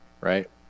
right